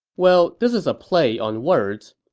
well, this is a play on words.